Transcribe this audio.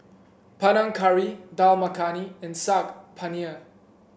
Panang Curry Dal Makhani and Saag Paneer